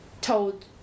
told